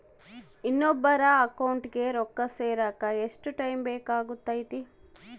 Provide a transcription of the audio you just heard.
ಇನ್ನೊಬ್ಬರ ಅಕೌಂಟಿಗೆ ರೊಕ್ಕ ಸೇರಕ ಎಷ್ಟು ಟೈಮ್ ಬೇಕಾಗುತೈತಿ?